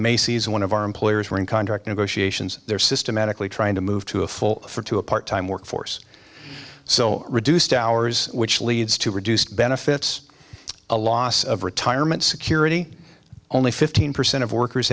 macy's one of our employers were in contract negotiations there systematically trying to move to a full for two a part time work force so reduced hours which leads to reduced benefits a loss of retirement security only fifteen percent of workers